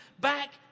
back